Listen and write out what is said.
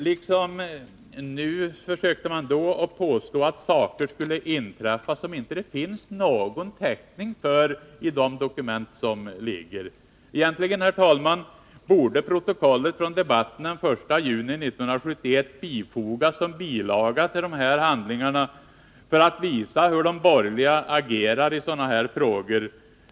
Liksom nu försökte man då påstå att saker skulle inträffa som det inte fanns någon täckning för i de dokument som förelåg. Herr talman! Egentligen borde protokollet från debatten den 1 juni 1971 fogas som bilaga till de här handlingarna för att visa hur de borgerliga agerar i sådana här frågor.